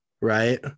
right